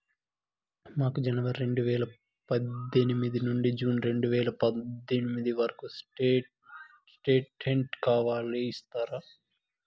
మాకు జనవరి రెండు వేల పందొమ్మిది నుండి జూన్ రెండు వేల పందొమ్మిది వరకు స్టేట్ స్టేట్మెంట్ కావాలి ఇస్తారా